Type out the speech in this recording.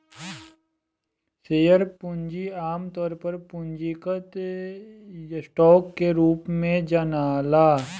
share पूंजी आमतौर पर पूंजीगत स्टॉक के रूप में जनाला